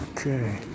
Okay